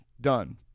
done